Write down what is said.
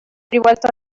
rivolto